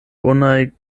bonaj